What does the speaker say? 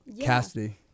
Cassidy